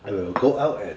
I will go out and